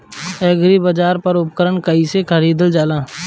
एग्रीबाजार पर उपकरण कइसे खरीदल जाला?